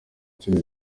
inshuro